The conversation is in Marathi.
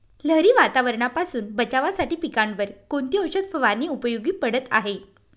लहरी वातावरणापासून बचावासाठी पिकांवर कोणती औषध फवारणी उपयोगी पडत आहे?